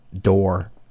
door